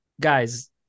Guys